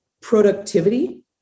productivity